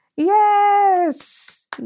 Yes